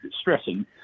stressing